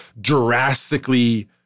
drastically